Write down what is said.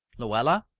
luella?